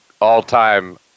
all-time